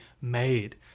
made